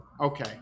Okay